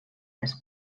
les